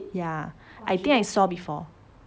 ya I think I saw before